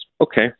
Okay